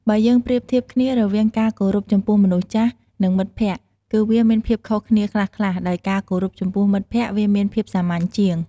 បើយើងប្រៀបធៀបគ្នារវាងការគោរពចំពោះមនុស្សចាស់ នឹង មិត្តភក្តិគឺវាមានភាពខុសគ្នាខ្លះៗ ដោយការគោរពចំពោះមិត្តភក្តិវាមានភាពសាមញ្ញជាង។